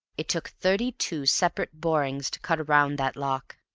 it took thirty-two separate borings to cut around that lock.